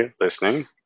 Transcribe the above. listening